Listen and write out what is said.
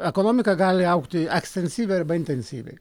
ekonomika gali augti ekstensyviai arba intensyviai